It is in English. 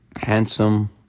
handsome